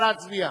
נא להצביע.